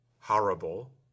horrible